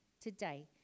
Today